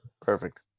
Perfect